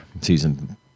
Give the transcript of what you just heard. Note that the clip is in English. season